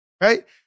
Right